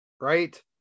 right